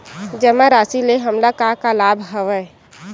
जमा राशि ले हमला का का लाभ हवय?